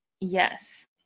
Yes